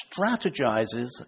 strategizes